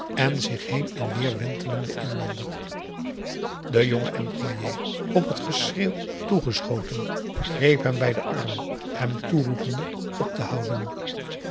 en zich heen en weer wentelenden inlander de jonge employé op het geschreeuw toegeschoten greep hem bij den arm hem toeroepende op te houden